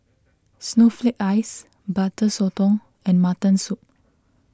Snowflake Ice Butter Sotong and Mutton Soup